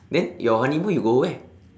then your honeymoon you go where